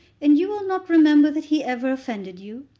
and you will not remember that he ever offended you?